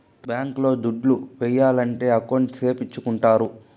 bank లో దుడ్లు ఏయాలంటే అకౌంట్ సేపిచ్చుకుంటారు